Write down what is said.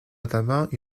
notamment